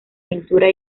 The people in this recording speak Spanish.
pintura